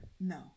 no